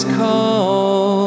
call